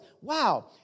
wow